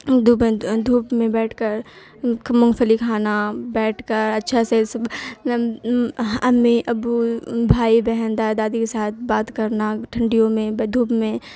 دھوپ دھوپ میں بیٹھ کر مونگفلی کھانا بیٹھ کر اچھا سے سب امی ابو بھائی بہن داد دادی کے ساتھ بات کرنا ٹھنڈیوں میں دھوپ میں